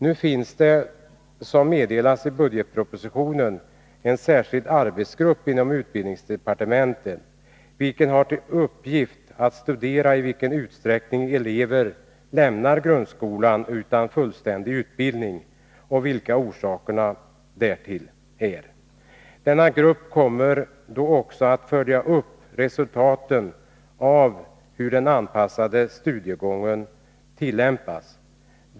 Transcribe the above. Nu finns det, som meddelas i budgetpropositionen, en särskild arbetsgrupp inom utbildningsdepartementet som har till uppgift att studera i vilken utsträckning elever lämnar grundskolan utan fullständig utbildning och vilka orsakerna därtill är. Denna grupp kommer då också att följa upp resultaten när den anpassade studiegången tillämpas.